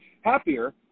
happier